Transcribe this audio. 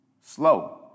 slow